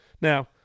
Now